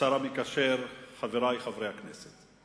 השר המקשר, חברי חברי הכנסת,